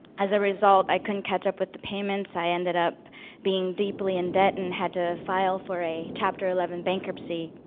as a result, i couldn't catch up with the payments. i ended up being deeply in debt and had to file for a chapter eleven bankruptcy.